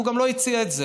והוא גם לא הציע את זה.